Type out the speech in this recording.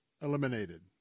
eliminated